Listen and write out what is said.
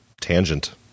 tangent